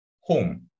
home